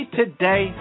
today